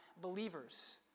believers